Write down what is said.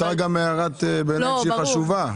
מותר גם הערת ביניים שהיא חשובה.